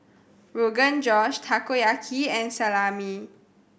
Rogan Josh Takoyaki and Salami